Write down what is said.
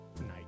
night